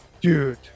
Dude